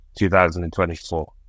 2024